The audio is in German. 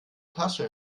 tasche